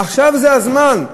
עכשיו זה הזמן.